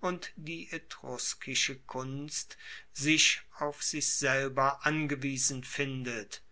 und die etruskische kunst sich auf sich selber angewiesen findet